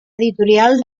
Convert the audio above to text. editorial